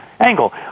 angle